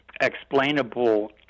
explainable